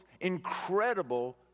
incredible